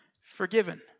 forgiven